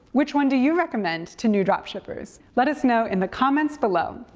which one do you recommend to new dropshippers? let us know in the comments below!